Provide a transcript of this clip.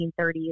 1930s